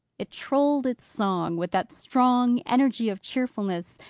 it trolled its song with that strong energy of cheerfulness,